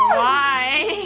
why?